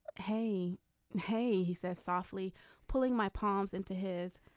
hey hey. he said softly pulling my palms into his.